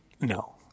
no